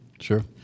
Sure